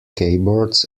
keyboards